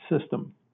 system